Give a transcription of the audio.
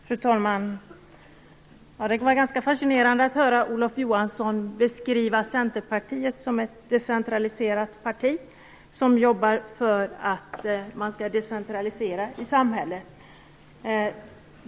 Fru talman! Det var ganska fascinerande att höra Olof Johansson beskriva Centerpartiet som ett decentraliserat parti som jobbar för att man skall decentralisera i samhället.